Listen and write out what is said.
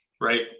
Right